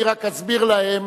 אני רק אסביר להם